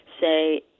say